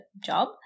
job